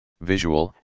visual